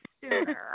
sooner